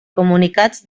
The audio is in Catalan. comunicats